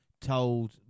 told